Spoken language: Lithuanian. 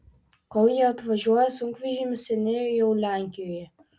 kol jie atvažiuoja sunkvežimis seniai jau lenkijoje